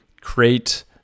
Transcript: create